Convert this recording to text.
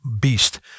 beast